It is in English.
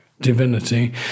divinity